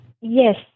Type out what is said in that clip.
Yes